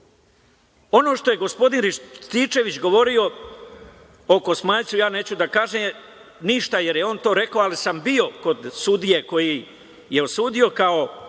što je gospodin Rističević govorio o Kosmajcu, ja neću da kažem ništa, jer je on to rekao, ali sam bio kod sudije koji je osudio, kao,